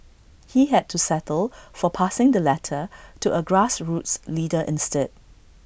he had to settle for passing the letter to A grassroots leader instead